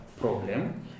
problem